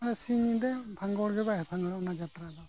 ᱚᱱᱟ ᱥᱤᱧ ᱧᱤᱫᱟᱹ ᱵᱷᱟᱜᱚᱲ ᱜᱮ ᱵᱟᱭ ᱜᱮ ᱵᱟᱭ ᱵᱷᱜᱚᱲᱚᱜᱼᱟ ᱚᱱᱟ ᱡᱟᱛᱛᱨᱟ ᱫᱚ